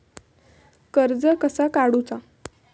कर्ज कसा काडूचा?